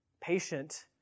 patient